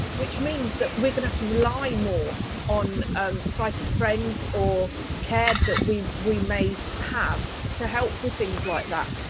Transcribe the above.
which means that we're gonna have to rely more on and sighted friends or care that we we may have to help with things like that,